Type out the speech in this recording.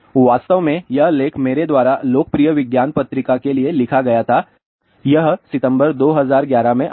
वास्तव में यह लेख मेरे द्वारा लोकप्रिय विज्ञान पत्रिका के लिए लिखा गया था यह सितंबर 2011 में आया था